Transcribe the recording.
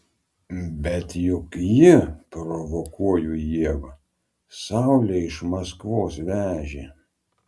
bet juk ji provokuoju ievą saulę iš maskvos vežė